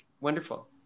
wonderful